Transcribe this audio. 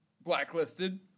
Blacklisted